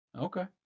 Okay